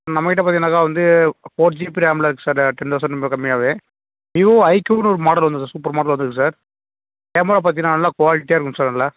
நம்மகிட்ட பார்த்தீங்கனாக்க வந்து ஃபோர் ஜிபி ரேமில் இருக்குது சார் டென் தெளசண்ட் ரொம்ப கம்மியாகவே நியூ ஐக்யூனு ஒரு மாடல் வந்துருக்குது சார் சூப்பர் மாடல் வந்துருக்குது சார் கேமரா பார்த்தீங்கன்னா நல்லா குவாலிட்டியாக இருக்குங்க சார் நல்லா